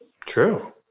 True